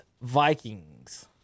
Vikings